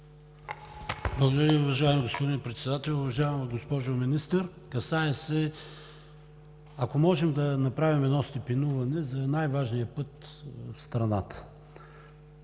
Благодаря Ви, уважаеми господин Председател. Уважаема госпожо Министър, ако можем да направим едно степенуване за най-важния път в страната